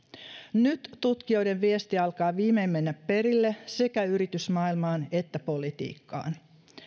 nyt tutkijoiden viesti alkaa viimein mennä perille sekä yritysmaailmaan että politiikkaan